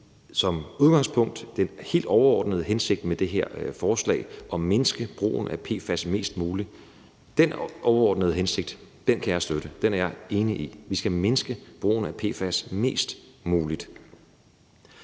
som udgangspunkt kan støtte den helt overordnede hensigt med det her forslag om at mindske brugen af PFAS mest muligt. Den er jeg enig i. Vi skal mindske brugen af PFAS mest muligt.